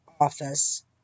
office